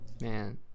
man